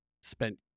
spent